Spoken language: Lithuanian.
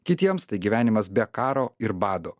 kitiems tai gyvenimas be karo ir bado